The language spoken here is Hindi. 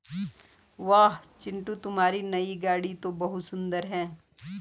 वाह चिंटू तुम्हारी नई गाड़ी तो बहुत सुंदर है